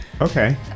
okay